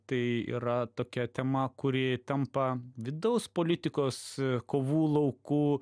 tai yra tokia tema kuri tampa vidaus politikos kovų lauku